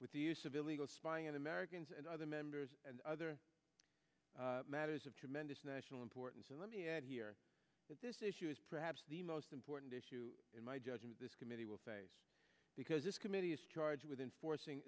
with the use of illegal spying on americans and other members and other matters of tremendous national importance and let me add here that this issue is perhaps the most important issue in my judgment this committee will face because this committee is charged with enforcing